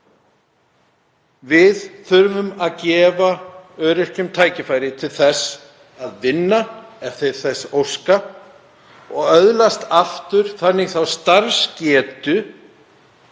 Við þurfum að gefa öryrkjum tækifæri til að vinna ef þeir þess óska og öðlast þannig aftur þá starfsgetu